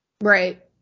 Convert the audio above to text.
Right